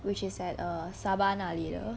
which is at err sabah 那里的